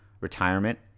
retirement